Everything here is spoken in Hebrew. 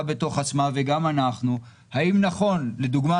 בתוך עצמה וגם אנחנו: האם נכון לדוגמה,